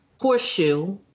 horseshoe